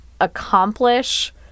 accomplish